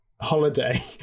holiday